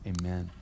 Amen